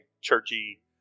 churchy